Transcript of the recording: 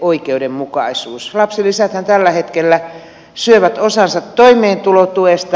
lapsilisäthän tällä hetkellä syövät osansa toimeentulotuesta